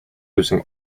using